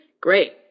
Great